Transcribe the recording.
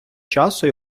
часу